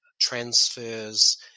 transfers